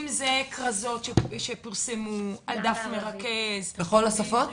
אם זה כרזות שפורסמו על דף מרכז --- בכל השפות?